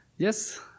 Yes